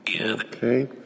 Okay